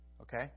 Okay